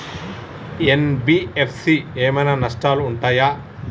NBFC ఏమైనా నష్టాలు ఉంటయా?